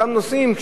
אותם נוסעים,